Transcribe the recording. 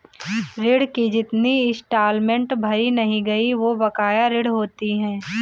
ऋण की जितनी इंस्टॉलमेंट भरी नहीं गयी वो बकाया ऋण होती है